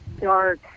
dark